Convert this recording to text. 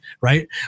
right